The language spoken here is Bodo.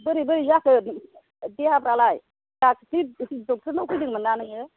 बोरै बोरै जाखो देहाफोरालाय दाख्लैसो डक्ट'र नाव फैदों मोनना नोङो